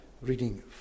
reading